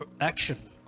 action